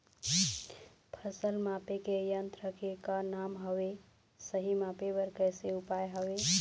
फसल मापे के यन्त्र के का नाम हवे, सही मापे बार कैसे उपाय हवे?